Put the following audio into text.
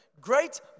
great